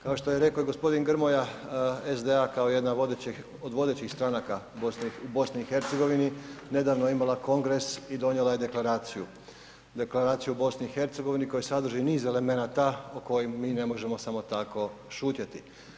Kao što je rekao i gospodin Grmoja SDA kao jedna od vodećih stranaka u BiH nedavno je imala kongres i donijela je deklaraciju, Deklaraciju o BiH koja sadrži niz elemenata o kojima mi ne možemo samo tako šutjeti.